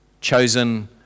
chosen